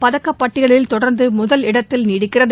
பதக்கப்பட்டியலில் தொடர்ந்து முதலிடத்தில் நீடிக்கிறது